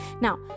Now